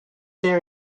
them